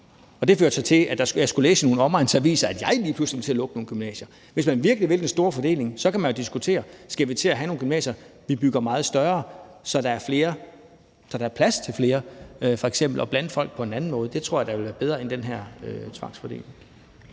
Det førte så til, at jeg kunne læse i nogle omegnsaviser, at jeg lige pludselig ville til at lukke nogle gymnasier. Hvis man virkelig vil den store fordeling, kan man jo diskutere, om vi skal til at have nogle gymnasier, vi bygger meget større, så der er plads til flere, f.eks. til at blande folk på en anden måde. Det tror jeg da ville være bedre end den her tvangsfordeling.